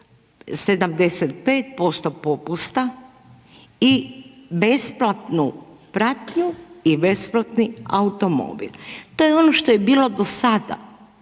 75% popusta i besplatnu pratnju i besplatni automobil. To je ono što je bilo do sada.